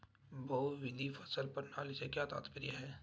बहुविध फसल प्रणाली से क्या तात्पर्य है?